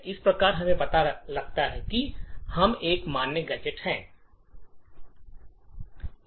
इस प्रकार हम पाते हैं कि यह एक मान्य गैजेट है